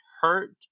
hurt